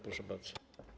Proszę bardzo.